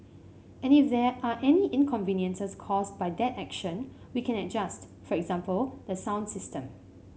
and if there are any inconveniences caused by that action we can adjust for example the sound system